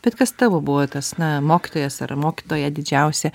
bet kas tavo buvo tas na mokytojas ar mokytoja didžiausia